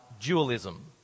dualism